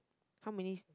how many